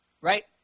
right